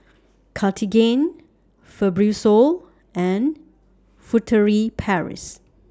Cartigain Fibrosol and Furtere Paris